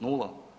Nula.